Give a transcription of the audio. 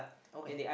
okay